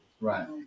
right